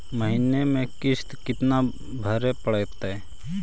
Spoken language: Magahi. महीने में किस्त कितना भरें पड़ेगा?